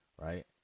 Right